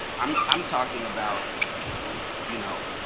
um i'm talking about you know,